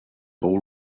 bowl